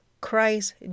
Christ